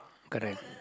correct